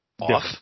off